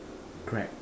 crabs